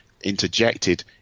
interjected